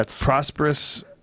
Prosperous